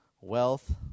wealth